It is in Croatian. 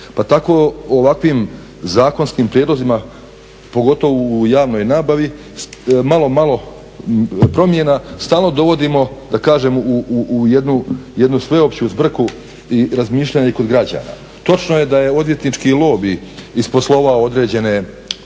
Pa tako u ovakvim zakonskim prijedlozima, pogotovo u javnoj nabavi malo, malo promjena. Stalno dovodimo da kažem u jednu sveopću zbrku i razmišljanje kod građana. Točno je da je odvjetnički lobij isposlovao određene